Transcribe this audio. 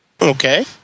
Okay